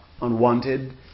unwanted